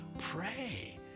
pray